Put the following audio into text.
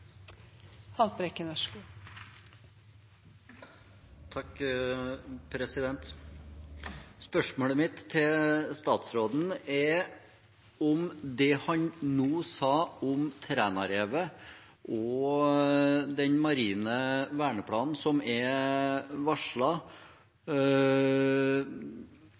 Spørsmålet mitt til statsråden gjelder det han nå sa om Trænarevet og den marine verneplanen som er